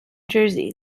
jersey